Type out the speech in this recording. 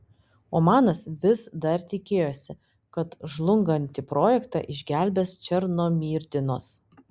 omanas vis dar tikėjosi kad žlungantį projektą išgelbės černomyrdinas